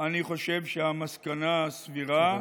אני חושב שהמסקנה הסבירה,